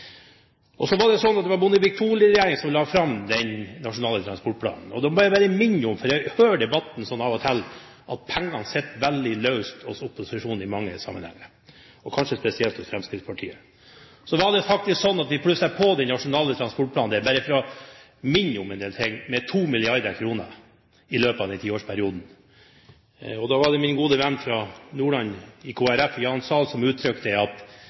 her. Så var det Bondevik II-regjeringen som la fram den nasjonale transportplanen. Da må jeg bare minne om – for jeg hører debatten sånn av og til – at pengene sitter veldig løst hos opposisjonen i mange sammenhenger, og kanskje spesielt hos Fremskrittspartiet. Så var det faktisk slik at vi plusset på den nasjonale transportplanen – bare for å minne om en del ting – med 2 mrd. kr i løpet at den tiårsperioden. Da var det min gode venn i Kristelig Folkeparti fra Nordland, Jan Sahl, som uttrykte at dette var luftmilliarder, det